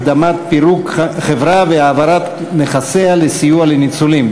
הקמת פירוק החברה והעברת נכסיה לסיוע לניצולים),